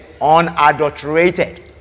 unadulterated